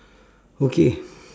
okay